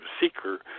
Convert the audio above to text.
seeker